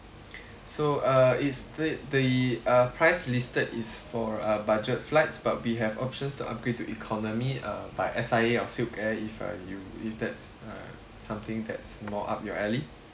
so uh is the the uh price listed is for a budget flights but we have options to upgrade to economy uh by S_I_A or silkair if uh you if that's uh something that's more up your alley